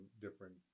different